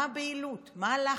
מה הבהילות, מה הלחץ?